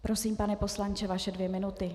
Prosím, pane poslanče, vaše dvě minuty.